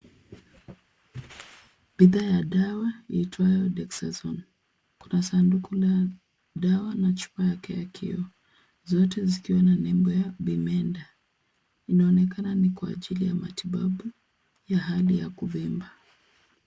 Bidhaa ya dawa iitwayo, dexason. Kuna sanduku la dawa na chupa yake ya kioo zote zikiwa na nembo ya bimenta. Inaonekana ni kwa ajili ya ya hali ya kuvimba.